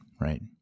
right